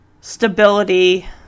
stability